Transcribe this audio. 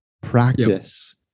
practice